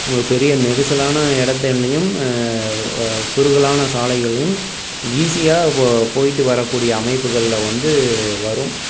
உங்களுக்கு பெரிய நெரிசலான இடத்துலையும் குறுகலான சாலைகள்லேயும் ஈஸியாக போ போயிட்டு வர கூடிய அமைப்புகளில் வந்து வரும்